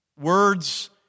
Words